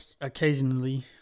Occasionally